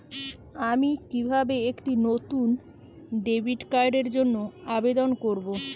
আমি কিভাবে একটি নতুন ডেবিট কার্ডের জন্য আবেদন করব?